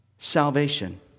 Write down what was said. Salvation